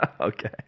okay